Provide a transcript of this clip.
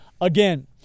again